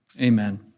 Amen